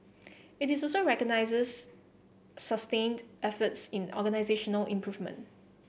it is also recognises sustained efforts in organisational improvement